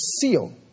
seal